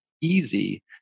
easy